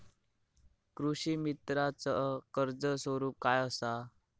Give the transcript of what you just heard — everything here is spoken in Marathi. कृषीमित्राच कर्ज स्वरूप काय असा?